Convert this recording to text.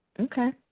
Okay